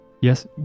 Yes